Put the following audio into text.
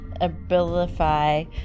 abilify